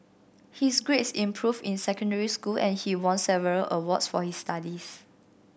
his grades improved in secondary school and he won several awards for his studies